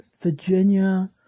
Virginia